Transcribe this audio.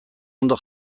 ondo